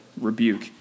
rebuke